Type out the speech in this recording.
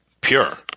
pure